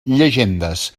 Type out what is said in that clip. llegendes